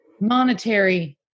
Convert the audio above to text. monetary